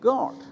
God